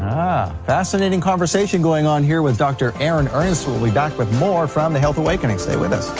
ah, fascinating conversation going on here with dr. aaron ernst, we'll be back with more from the health awakening, stay with us.